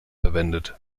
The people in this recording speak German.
verwendet